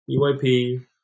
EYP